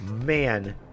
man